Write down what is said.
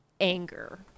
anger